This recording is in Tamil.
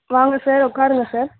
வாங்க சார் உட்காருங்க சார்